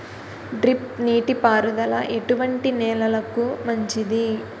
Drip నీటి పారుదల ఎటువంటి నెలలకు మంచిది?